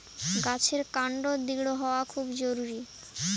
গাছের কান্ড দৃঢ় হওয়া খুব জরুরি